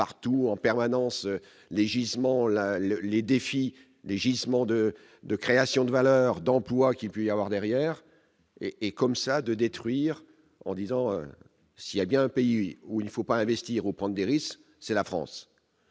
partout en permanence les gisements là les défis des gisements de de création de valeur d'emploi qu'il peut y avoir derrière et et comme ça, de détruire, en disant s'il y a bien un pays où il faut pas investir ou prendre des risques, c'est la France,